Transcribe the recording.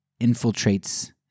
infiltrates